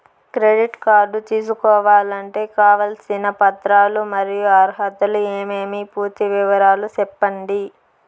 Credit card తీసుకోవాలంటే కావాల్సిన పత్రాలు మరియు అర్హతలు ఏమేమి పూర్తి వివరాలు సెప్పండి?